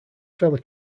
fairly